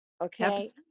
Okay